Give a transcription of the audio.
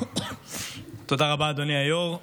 תודה רבה, אדוני היו"ר.